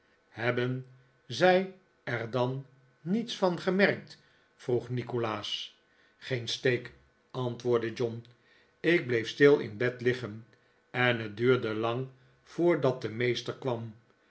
hebben zij er dan niets van gemerkt vroeg nikolaas geen steek antwoordde john ik bleef stil in bed liggen en het duurde lang voordat de meester kwam